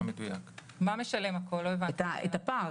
את הפער.